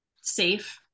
safe